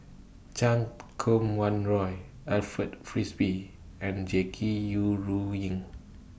Chan Kum Wah Roy Alfred Frisby and Jackie Yi Ru Ying